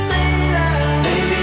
Baby